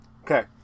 okay